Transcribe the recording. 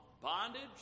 bondage